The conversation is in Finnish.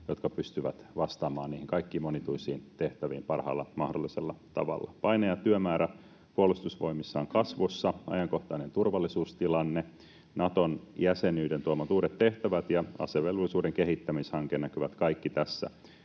jotka pystyvät vastaamaan niihin kaikkiin monituisiin tehtäviin parhaalla mahdollisella tavalla. Paine ja työmäärä Puolustusvoimissa ovat kasvussa. Ajankohtainen turvallisuustilanne, Naton jäsenyyden tuomat uudet tehtävät ja asevelvollisuuden kehittämishanke näkyvät kaikki tässä